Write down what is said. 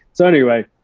so anyway,